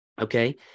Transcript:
Okay